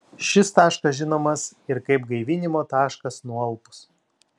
šis taškas žinomas ir kaip gaivinimo taškas nualpus